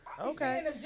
Okay